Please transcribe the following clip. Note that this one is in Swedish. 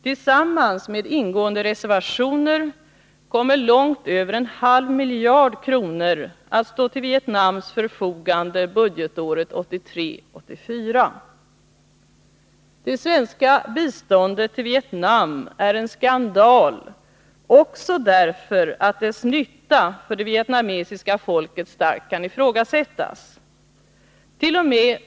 Tillsammans med ingående reservationer kommer långt över en halv miljard kronor att stå till Vietnams förfogande budgetåret 1983/84. Det svenska biståndet till Vietnam är en skandal också därför att dess nytta för det vietnamesiska folket starkt kan ifrågasättas. T. o. m.